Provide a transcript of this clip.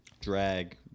drag